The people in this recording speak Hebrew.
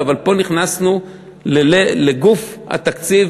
אבל פה נכנסנו לגוף התקציב,